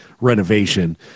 renovation